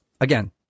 again